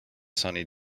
sunny